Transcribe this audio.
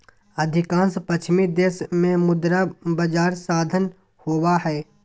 अधिकांश पश्चिमी देश में मुद्रा बजार साधन होबा हइ